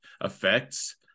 affects